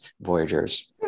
voyagers